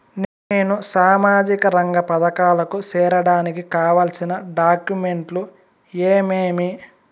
నేను సామాజిక రంగ పథకాలకు సేరడానికి కావాల్సిన డాక్యుమెంట్లు ఏమేమీ?